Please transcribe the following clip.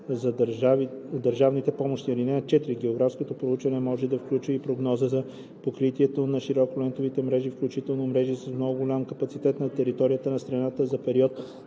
за държавните помощи. (4) Географското проучване може да включва и прогноза за покритието на широколентовите мрежи, включително мрежи с много голям капацитет на територията на страната за период,